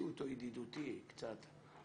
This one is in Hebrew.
תוציאו אותו ידידותי קצת עם